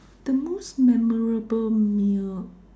the most memorable meal